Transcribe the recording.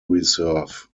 reserve